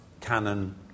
canon